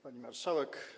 Pani Marszałek!